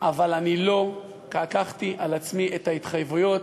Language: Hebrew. אבל אני לא לקחתי על עצמי את ההתחייבויות.